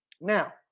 Now